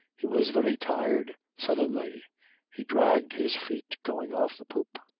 he was very tired suddenly he dragged his feet going off the poop.